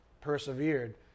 persevered